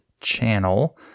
channel